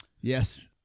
Yes